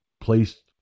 placed